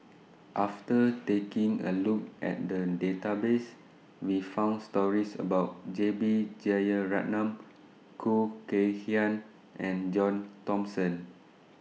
after taking A Look At The Database We found stories about J B Jeyaretnam Khoo Kay Hian and John Thomson